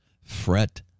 Fret